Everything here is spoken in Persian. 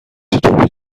چطور